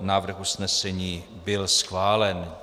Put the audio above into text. Návrh usnesení byl schválen.